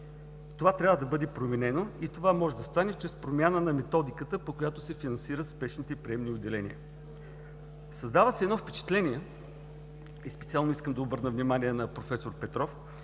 Това трябва да бъде променено и може да стане чрез промяна на методиката, по която се финансират спешните приемни отделения. Създава се впечатление, специално искам да обърна внимание на проф. Петров,